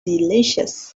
delicious